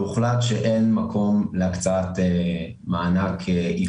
והוחלט שאין מקום להקצאת מענק ייחודי.